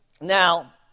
Now